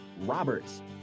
roberts